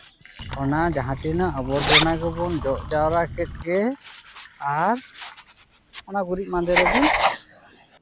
ᱚᱱᱟ ᱡᱟᱦᱟᱸ ᱛᱤᱱᱟᱹᱜ ᱟᱵᱚᱨᱡᱚᱱᱟ ᱜᱮᱵᱚᱱ ᱡᱚᱜ ᱡᱟᱣᱨᱟ ᱠᱮᱫ ᱜᱮ ᱟᱨ ᱚᱱᱟ ᱜᱩᱨᱤᱡ ᱢᱟᱸᱫᱮ ᱨᱮᱵᱚᱱ